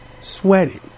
sweating